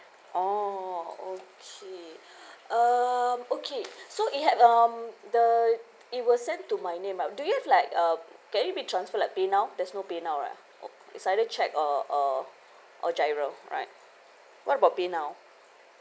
oh okay um okay so it had um the it was sent to my name but do you have like uh can it be transferred by paynow there's no paynow right or it's either cheque or or or GIRO right what about paynow